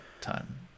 time